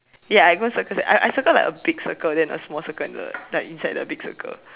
ya I go and circle that I I circle like a big circle then a small circle and the like inside the big circle